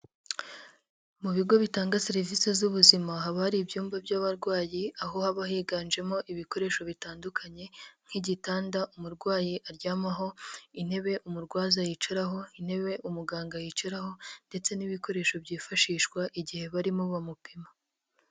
Mu bigo bitanga serivisi z'ubuzima haba hari ibyumba by'abarwayi. Aho haba higanjemo ibikoresho bitandukanye nk'igitanda umurwayi aryamaho, intebe umurwaza yicaraho, intebe umuganga yicaraho ndetse n'ibikoresho byifashishwa igihe barimo bamupima.